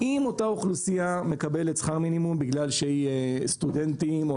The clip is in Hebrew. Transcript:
אם אותה אוכלוסייה מקבלת שכר מינימום בגלל שהיא סטודנטים או